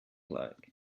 like